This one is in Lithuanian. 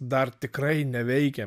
dar tikrai neveikia